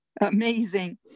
Amazing